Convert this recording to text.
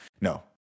no